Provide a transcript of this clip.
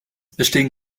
bestehen